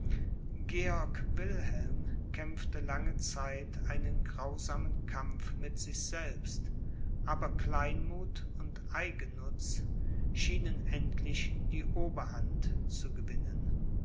georg wilhelm kämpfte lange zeit einen grausamen kampf mit sich selbst aber kleinmuth und eigennutz schienen endlich die oberhand zu gewinnen